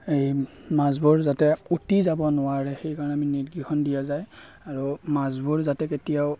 এই মাছবোৰ যাতে উটি যাব নোৱাৰে সেইকাৰণে আমি নেট কেইখন দিয়া যায় আৰু মাছবোৰ যাতে কেতিয়াও